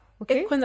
okay